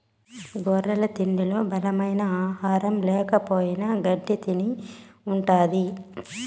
గొర్రెల తిండిలో బలమైన ఆహారం ల్యాకపోయిన గెడ్డి తిని ఉంటది